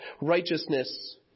righteousness